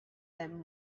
and